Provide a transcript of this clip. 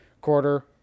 quarter